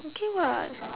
okay [what]